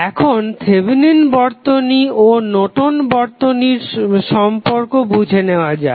এখন থেভেনিন বর্তনী ও নর্টন'স বর্তনীর Nortons circuit সম্পর্ক বুঝে নেওয়া যাক